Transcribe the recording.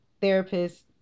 therapist